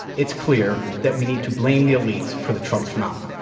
it's clear that we need to blame the elites for the trump phenomenon